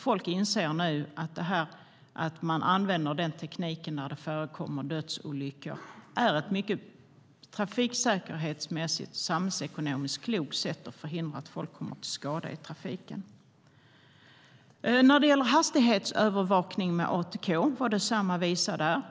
Folk inser nu att användning av den tekniken, som används där det förekommit dödsolyckor, är ett trafiksäkerhetsmässigt och samhällsekonomiskt klokt sätt att förhindra att människor kommer till skada i trafiken. När det gäller hastighetsövervakning med ATK var det samma visa.